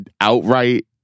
outright